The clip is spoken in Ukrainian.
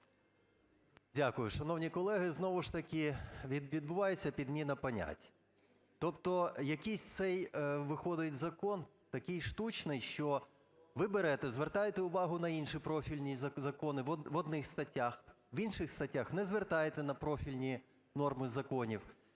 Дякую. Шановні колеги, знову ж таки відбувається підміна понять. Тобто якийсь цей виходить закон такий штучний, що ви берете звертаєте увагу на інші профільні закони в одних статтях, в інших статтях не звертаєте на профільні норми законів.